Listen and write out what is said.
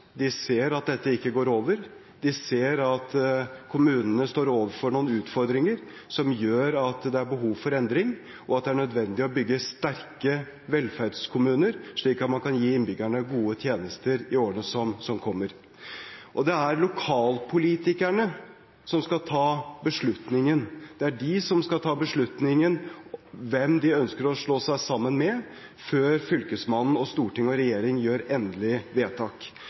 De ser at dette ikke går over. De ser at kommunene står overfor noen utfordringer som gjør at det er behov for endring, og at det er nødvendig å bygge sterke velferdskommuner, slik at man kan gi innbyggerne gode tjenester i årene som kommer. Det er lokalpolitikerne som skal ta beslutningen. Det er de som skal ta beslutningen om hvem de ønsker å slå seg sammen med, før Fylkesmannen og Stortinget og regjeringen gjør endelig vedtak.